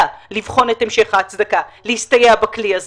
לבחון את המשך ההצדקה להסתייע בכלי הזה